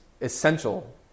essential